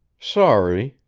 sorry,